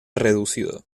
reducido